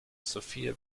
sofia